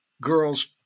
girls